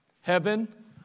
Heaven